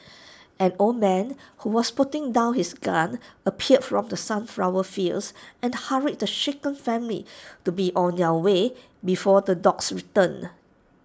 an old man who was putting down his gun appeared from the sunflower fields and hurried the shaken family to be on their way before the dogs return